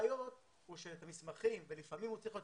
הבעיה היא שלפעמים הוא צריך להיות